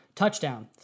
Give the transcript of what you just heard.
Touchdown